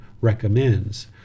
recommends